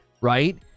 right